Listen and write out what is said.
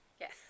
Yes